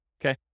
okay